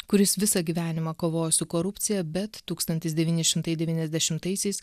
kuris visą gyvenimą kovojo su korupcija bet tūkstantis devyni šimtai devyniasdešimtaisiais